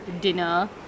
dinner